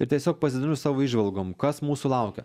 ir tiesiog pasidalinu savo įžvalgom kas mūsų laukia